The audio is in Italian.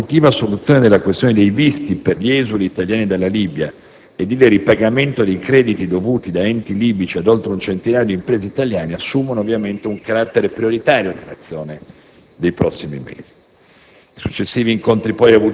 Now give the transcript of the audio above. In tale contesto, la positiva soluzione della questione dei visti per gli esuli italiani dalla Libia e il ripagamento dei crediti dovuti da enti libici ad oltre un centinaio di imprese italiane assumono, ovviamente, un carattere prioritario nell'azione dei prossimi mesi.